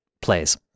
plays